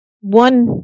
one